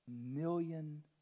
million